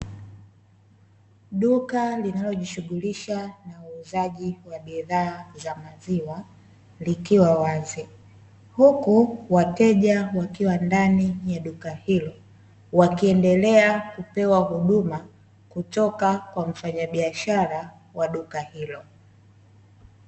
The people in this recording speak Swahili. Duka linalojishughulisha na uuzaji wa bidhaa za maziwa likiwa wazi, huku wateja wakiwa ndani ya duka hilo, wakiendelea kupewa huduma kutoka kwa mfanyabiashara wa duka hilo.